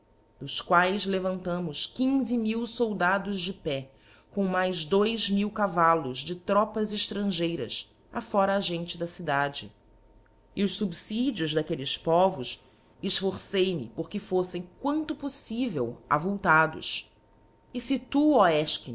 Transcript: dos qaes levantámos quinze mil soldados de pé com mais dois mil cavallos de tropas trangeiras afora a gente da cidade e os fubfidios iquelles povos efforcei me por que foítem quanto possivel avultados e fc tu